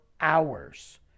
hours